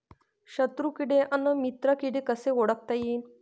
शत्रु किडे अन मित्र किडे कसे ओळखता येईन?